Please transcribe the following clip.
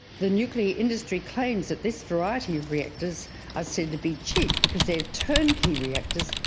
the nuclear industry claims that this variety of reactors are said to be cheap because they are turnkey reactors,